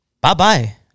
Bye-bye